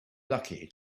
lucky